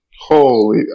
holy